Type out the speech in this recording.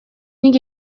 nik